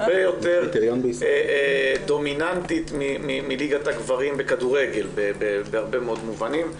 הרבה יותר דומיננטית מליגת הגברים בכדורגל בהרבה מאוד מובנים.